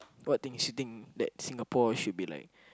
what think she think that Singapore should be like